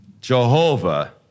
Jehovah